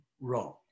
wrong